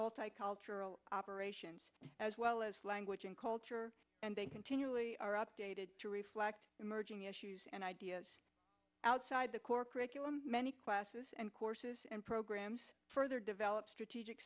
multicultural operations as well as language and culture and they continually are updated to reflect emerging issues and ideas outside the core curriculum many classes and courses and programs further develop strategic